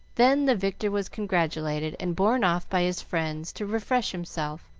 then the victor was congratulated and borne off by his friends to refresh himself,